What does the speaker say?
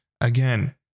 Again